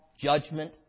judgment